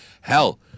Hell